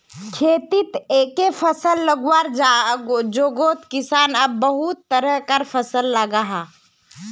खेतित एके फसल लगवार जोगोत किसान अब बहुत तरह कार फसल लगाहा